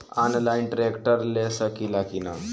Online tractor ले सकीला कि न?